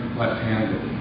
left-handed